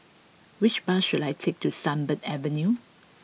which bus should I take to Sunbird Avenue